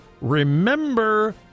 remember